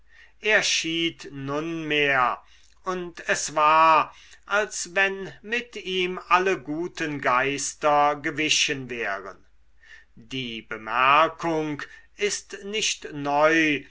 er schied nunmehr und es war als wenn mit ihm alle guten geister gewichen wären die bemerkung ist nicht neu